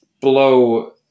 blow